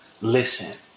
listen